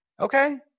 okay